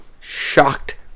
shocked